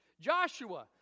Joshua